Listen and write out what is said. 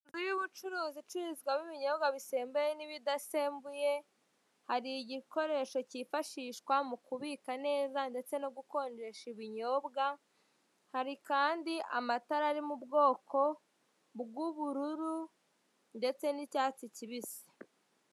Inzu y'ubucuruzi icururizwamo ibinyobwa bisembuye n'ibidasembuye, hari igikoresho cyifashishwa mu kubika neza ndetse no gukonjesha ibinyobwa, hari kandi amatara ari mu bwoko bw'ubururu ndetse n'icyatsi kibisi.